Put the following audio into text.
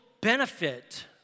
benefit